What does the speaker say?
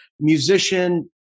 musician